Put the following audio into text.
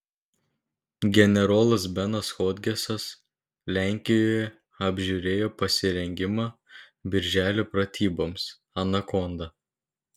generolas benas hodgesas lenkijoje apžiūrėjo pasirengimą birželio pratyboms anakonda